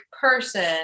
person